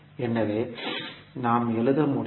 எனவே நாம் என்ன எழுத முடியும்